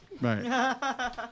Right